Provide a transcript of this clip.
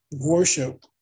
worship